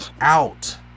out